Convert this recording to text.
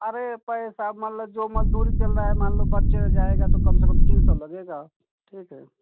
अरे पैसा मान लो जो मज़दूरी चल रहा है मान लो बच्चा जाएगा तो कम से कम तीन सौ लगेगा ठीक है हाँ